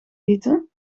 gieten